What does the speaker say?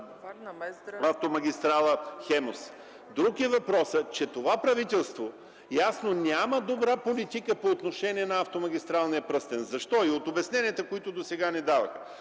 автомагистрала „Хемус”. Друг е въпросът, че това правителство, ясно, няма добра политика по отношение на автомагистралния пръстен. Защо? От обясненията, които досега ни даваха,